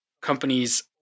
companies